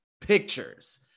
pictures